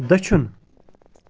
دٔچھُن